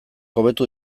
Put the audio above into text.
hobetu